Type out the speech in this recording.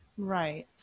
right